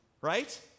right